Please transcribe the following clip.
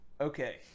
okay